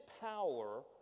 power